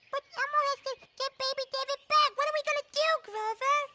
but elmo has to get baby david back. what're we gonna do grover?